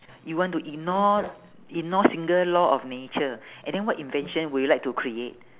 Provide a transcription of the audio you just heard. you want to ignore ignore single law of nature and then what invention would you like to create